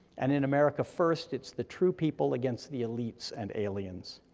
and in america first it's the true people against the elites and aliens.